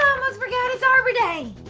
almost forgot it's arbor day.